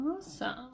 Awesome